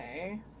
Okay